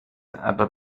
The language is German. aber